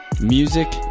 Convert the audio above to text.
Music